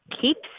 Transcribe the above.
keeps